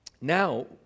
Now